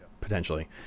potentially